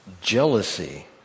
Jealousy